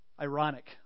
Ironic